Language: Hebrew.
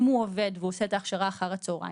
אם הוא עובד והוא עושה את ההכשרה אחר הצוהריים,